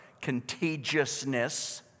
contagiousness